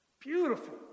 Beautiful